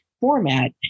format